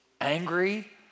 angry